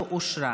לא נתקבלה.